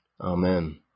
Amen